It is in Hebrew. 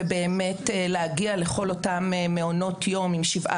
ובאמת להגיע לכל אותם מעונות יום עם שבעה